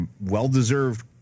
well-deserved